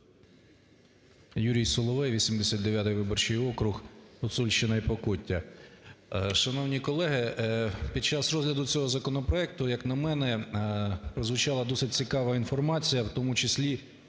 Юрій Соловей, 89-й виборчий округ Гуцульщина і Покуття. Шановні колеги, під час розгляду цього законопроекту, як на мене, прозвучала досить цікава інформація, в тому числі